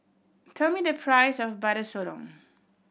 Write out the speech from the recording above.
tell me the price of Butter Sotong